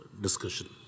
discussion